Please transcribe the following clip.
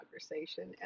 conversation